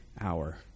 hour